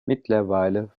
mittlerweile